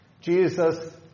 Jesus